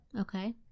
Okay